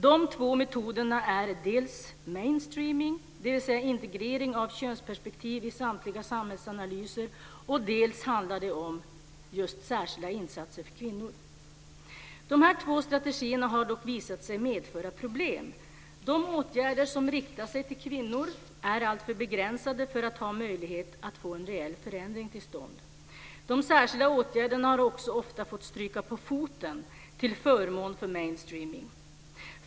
De två metoderna är dels mainstreaming, dvs. integrering av könsperspektiv i samtliga samhällsanalyser, dels särskilda insatser för kvinnor. De här två strategierna har dock visat sig medföra problem. De åtgärder som riktar sig till kvinnor är alltför begränsade för att ha möjlighet att få en reell förändring till stånd. De särskilda åtgärderna har också ofta fått stryka på foten till förmån för mainstreaming.